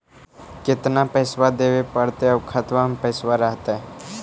केतना पैसा देबे पड़तै आउ खातबा में पैसबा रहतै करने?